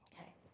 okay